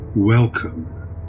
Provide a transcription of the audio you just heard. Welcome